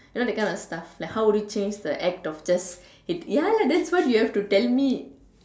you know that kind of stuff like how would you change the act of just ya lah that's what you have to tell me